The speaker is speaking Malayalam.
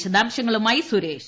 വിശദാംശങ്ങളുമായി സുരേഷ്